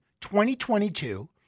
2022